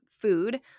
food